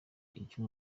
icyo